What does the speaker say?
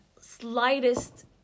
slightest